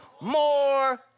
more